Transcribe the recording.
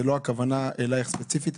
זאת לא הכוונה אליך ספציפית.